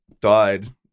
Died